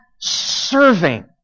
serving